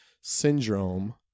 syndrome